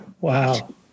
Wow